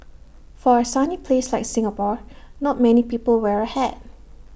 for A sunny place like Singapore not many people wear A hat